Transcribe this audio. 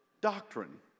doctrine